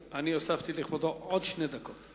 ידידי, אני הוספתי לכבודו עוד שתי דקות.